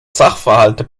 sachverhalte